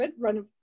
run